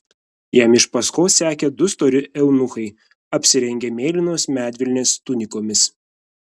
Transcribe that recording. jam iš paskos sekė du stori eunuchai apsirengę mėlynos medvilnės tunikomis